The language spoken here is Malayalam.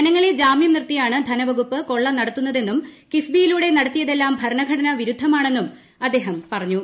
ജനങ്ങളെ ജാമ്യാ നിർത്തിയാണ് ധനവകുപ്പ് കൊള്ള നടത്തുന്നതെന്നും കിഫ്ബിയിലൂടെ നടത്തിയതെല്ലാം ഭരണഘടന വിരുദ്ധമാണെന്നും അദ്ദേഹം പറഞ്ഞു